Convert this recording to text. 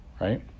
right